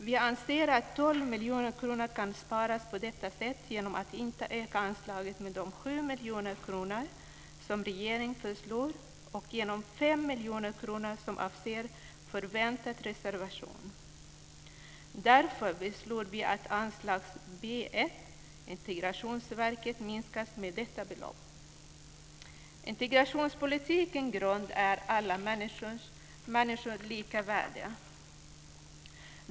Vi anser att 12 miljoner kronor kan sparas på detta sätt genom att inte öka anslaget med de 7 miljoner kronor som regeringen föreslår och genom 5 miljoner kronor som avser förväntad reservation. Därför föreslår vi att anslag B1, Integrationsverket, minskas med detta belopp. Integrationspolitikens grund är alla människors lika värde.